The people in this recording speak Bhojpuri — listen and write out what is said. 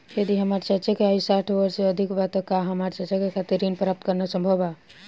यदि हमार चाचा के आयु साठ वर्ष से अधिक बा त का हमार चाचा के खातिर ऋण प्राप्त करना संभव बा?